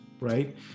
right